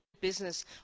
business